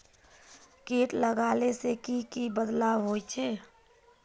किट लगाले से की की बदलाव होचए?